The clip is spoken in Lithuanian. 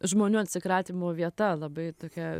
žmonių atsikratymo vieta labai tokia